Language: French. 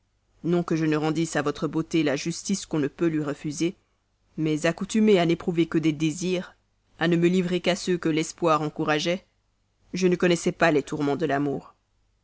non que je rendisse à votre beauté la justice qu'on ne peut lui refuser mais accoutumé à n'éprouver que des désirs à ne me livrer qu'à ceux que l'espoir encourageait je ne connaissais pas les tourments de l'amour